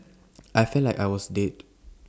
I felt like I was dead